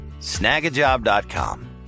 snagajob.com